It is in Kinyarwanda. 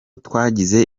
twagize